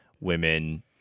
women